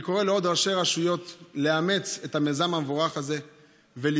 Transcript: אני קורא לעוד ראשי רשויות לאמץ את המיזם המבורך הזה ולפתוח